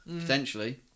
Potentially